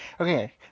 Okay